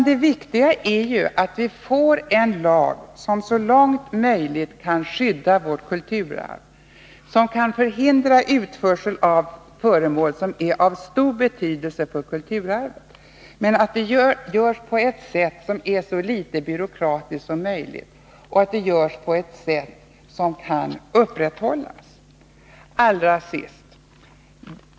Det viktiga är att vi får en lag, som så långt det är möjligt kan skydda vårt kulturarv och som kan förhindra utförsel av föremål som är av stor betydelse för kulturarvet. Men det måste göras på ett sätt som är så litet byråkratiskt som möjligt och på ett sätt som kan upprätthållas. Allra sist!